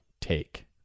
take